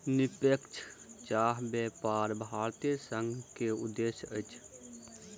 निष्पक्ष चाह व्यापार भारतीय चाय संघ के उद्देश्य अछि